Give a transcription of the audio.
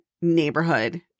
neighborhood